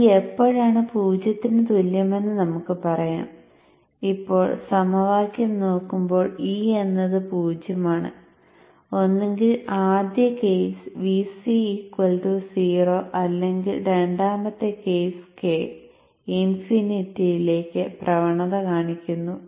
e എപ്പോഴാണ് പൂജ്യത്തിന് തുല്യമെന്ന് നമുക്ക് പറയാം ഇപ്പോൾ സമവാക്യം നോക്കുമ്പോൾ e എന്നത് 0 ആണ് ഒന്നുകിൽ ആദ്യ കേസ് Vc 0 അല്ലെങ്കിൽ രണ്ടാമത്തെ കേസ് k ഇൻഫിനിറ്റിയിലേക്ക് പ്രവണത കാണിക്കുന്നു